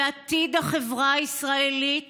ועתיד החברה הישראלית